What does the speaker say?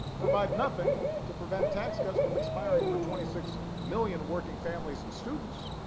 provide nothing to prevent tax cuts from expiring for twenty six million working families and students.